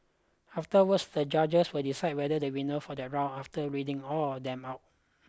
afterwards the judge will decide whether the winner for the round after reading all of them out